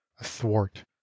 athwart